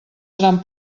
seran